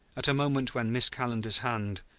at a moment when miss calendar's hand,